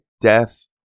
Death